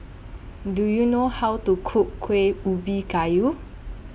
Do YOU know How to Cook Kuih Ubi Kayu